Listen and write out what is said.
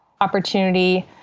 opportunity